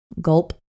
gulp